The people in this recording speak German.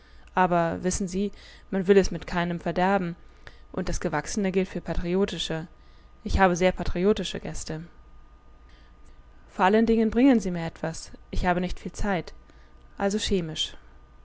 aber wissen sie man will es mit keinem verderben und das gewachsene gilt für patriotischer ich habe sehr patriotische gäste vor allen dingen bringen sie mir etwas ich habe nicht viel zeit also chemisch